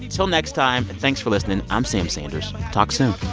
till next time. and thanks for listening. i'm sam sanders. talk soon